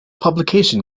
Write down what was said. publication